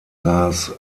saß